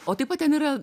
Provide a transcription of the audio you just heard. o taip pat ten yra